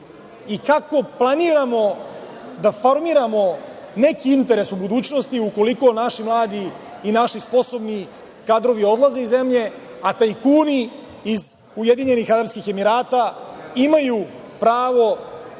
Kako planiramo da formiramo neki interes u budućnosti ukoliko naši mladi, naši sposobno kadrove odlaze iz zemlje, a tajkuni iz Ujedinjenih Arapskih Emirata imaju pravo